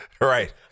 Right